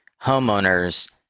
homeowners